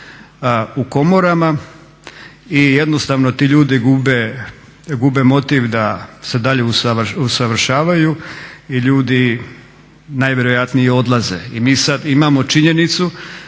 u komorama i jednostavno ti ljudi gube motiv da se dalje usavršavaju i ljudi najvjerojatnije odlaze. I mi sad imamo činjenicu